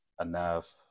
enough